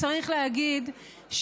צריך להגיד,